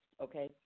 okay